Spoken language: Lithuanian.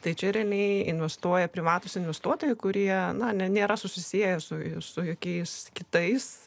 tai čia rėmėjai investuoja privatūs investuotojai kurie na nėra susiję su jokiais kitais